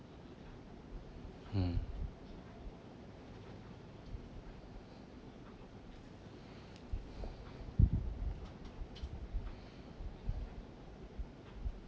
mm